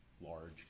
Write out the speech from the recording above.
large